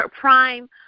Prime